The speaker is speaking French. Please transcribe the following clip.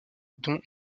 dont